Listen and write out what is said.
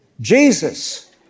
Jesus